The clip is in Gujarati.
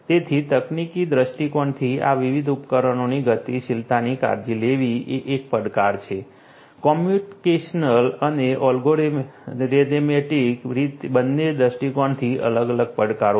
તેથી તકનીકી દૃષ્ટિકોણથી આ વિવિધ ઉપકરણોની ગતિશીલતાની કાળજી લેવી એ એક પડકાર છે કોમ્યુનિકેશન અને એલ્ગોરિધમિક બંને દૃષ્ટિકોણથી અલગ અલગ પડકારો છે